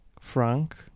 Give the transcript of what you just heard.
Frank